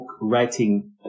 Writing